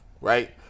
right